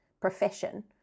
profession